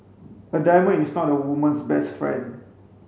a diamond is not a woman's best friend